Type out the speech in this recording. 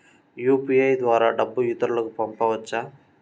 UPI ద్వారా డబ్బు ఇతరులకు పంపవచ్చ?